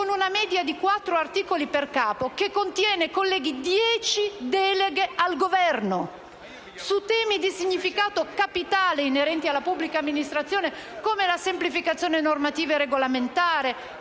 con una media di quattro articoli per capo, che contiene dieci deleghe al Governo su temi di significato capitale, inerenti alla pubblica amministrazione, alla semplificazione normativa e regolamentare,